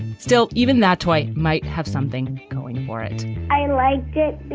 still, even that toy might have something going for it i like it.